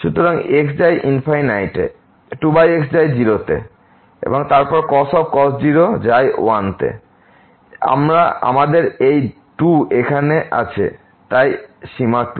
সুতরাং x যায় তে 2x যায় 0 তে এবং তারপর cos 0 যায় 1 তে এবং আমাদের এই 2 এখানে আছে তাই সীমা 2